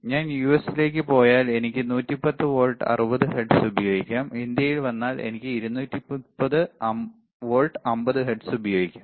ഞാൻ യുഎസിലേക്ക് പോയാൽ എനിക്ക് 110 വോൾട്ട് 60 ഹെർട്സ് ഉപയോഗിക്കാം ഇന്ത്യയിൽ വന്നാൽ എനിക്ക് 230 വോൾട്ട് 50 ഹെർട്സ് ഉപയോഗിക്കാം